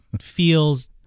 feels